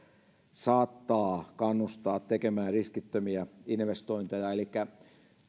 saattaa kannustaa tekemään riskittömiä investointeja elikkä